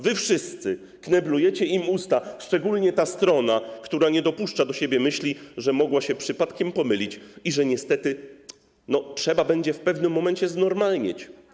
Wy wszyscy kneblujecie im usta, a szczególnie ta strona, która nie dopuszcza do siebie myśli, że mogła się przypadkiem pomylić i że niestety trzeba będzie w pewnym momencie znormalnieć.